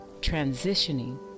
Transitioning